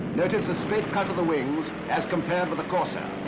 notice the straight cut of the wings as compared to the corsair.